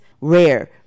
rare